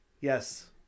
Yes